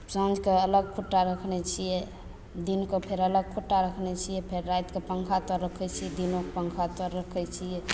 साँझके अलग खूटा रखने छियै दिनके फेर अलग खूटा रखने छियै फेर रातिके पङ्खा तर रखय छियै दिनोके पङ्खा तर रखय छियै